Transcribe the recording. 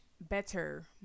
better